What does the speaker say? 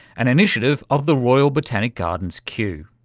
an initiative of the royal botanic gardens, kew.